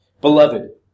Beloved